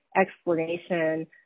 explanation